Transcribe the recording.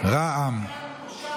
רע"מ.